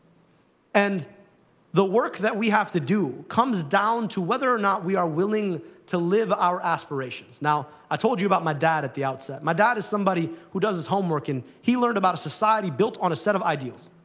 and the work that we have to do comes down to whether or not we are willing to live our aspirations. now, i told you about my dad at the outset. my dad is somebody who does his homework, and he learned about a society built on a set of ideals.